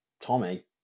Tommy